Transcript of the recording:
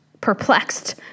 perplexed